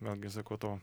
vėlgi sakau to